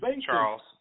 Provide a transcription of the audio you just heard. Charles